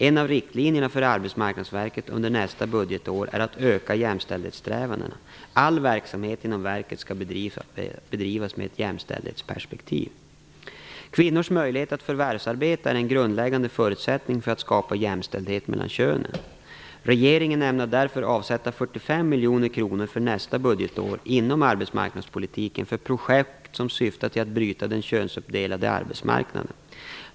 En av riktlinjerna för Arbetsmarknadsverket under nästa budgetår är att öka jämställdhetssträvandena. All verksamhet inom verket skall bedrivas med ett jämställdhetsperspektiv. Kvinnors möjligheter att förvärvsarbeta är en grundläggande förutsättning för att skapa jämställdhet mellan könen. Regeringen ämnar därför avsätta 45 miljoner kronor för nästa budgetår inom arbetsmarknadspolitiken för projekt som syftar till att bryta den könsuppdelade arbetsmarknaden.